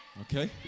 Okay